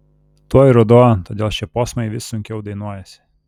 tuoj ruduo todėl šie posmai vis sunkiau dainuojasi